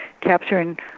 capturing